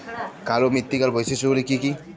কালো মৃত্তিকার বৈশিষ্ট্য গুলি কি কি?